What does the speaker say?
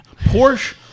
Porsche